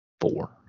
four